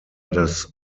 das